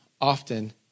often